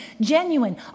genuine